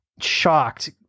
shocked